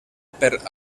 pels